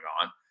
on